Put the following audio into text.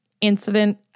incident